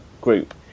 group